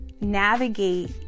navigate